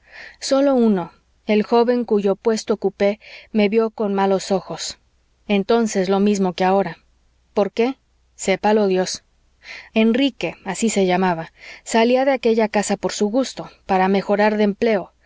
sólo uno el joven cuyo puesto ocupé me vió con malos ojos entonces lo mismo que ahora por qué sépalo dios enrique así se llamaba salía de aquella casa por su gusto para mejorar de empleo